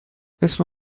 اسم